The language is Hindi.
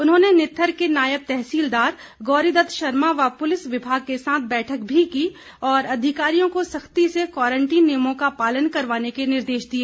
उन्होंने नित्थर के नायब तहसीलदार गौरीदत्त शर्मा व पुलिस विभाग के साथ भी बैठक की और अधिकारियों को सख्ती से क्वारंटीन नियमों का पालन करवाने के निर्देश दिए